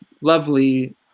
lovely